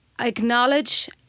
acknowledge